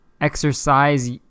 Exercise